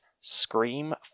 Scream